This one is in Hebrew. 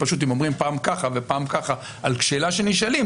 פשוט אם אומרים פעם ככה ופעם ככה על שאלה שנשאלים,